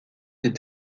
des